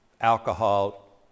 alcohol